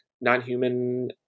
non-human